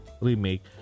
remake